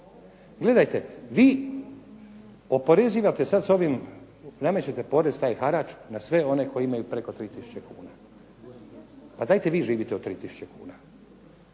Gledajte, vi oporezivate sad s ovim, namećete porez, taj harač, na sve one koji imaju preko 3 tisuće kuna. A dajte vi živite od 3 tisuće kuna.